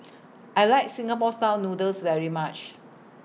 I like Singapore Style Noodles very much